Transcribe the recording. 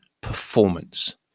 performance